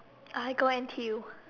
I go N_T_U